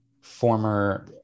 former